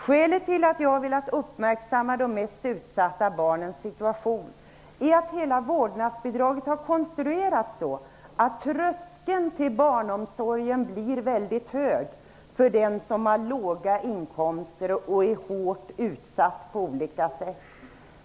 Skälet till att jag har velat uppmärksamma de mest utsatta barnens situation är att hela vårdnadsbidraget har konstruerats så, att tröskeln till barnomsorgen blir mycket hög för den som har låga inkomster och är hårt utsatt på olika sätt.